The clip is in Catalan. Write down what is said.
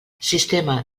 sistema